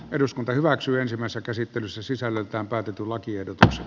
eduskunta hyväksyy ensimmäistä käsittelyssä sisällöltään päätetula kiertävässä